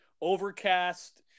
Overcast